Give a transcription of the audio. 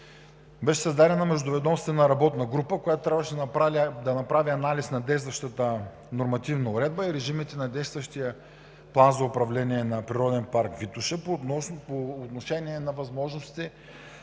беше създадена Междуведомствена работна група, която трябваше да направи анализ на действащата нормативна уредба и режимите на действащия план за управление на Природен парк „Витоша“ по отношение на възможностите